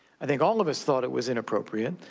i think all of us thought it was inappropriate.